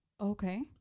Okay